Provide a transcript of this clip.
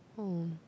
oh